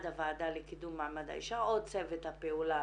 הוועדה לקידום מעמד האישה או צוות הפעולה,